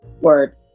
Word